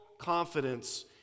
confidence